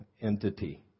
entity